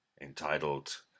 entitled